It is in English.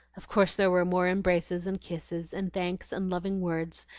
of course there were more embraces and kisses, and thanks and loving words,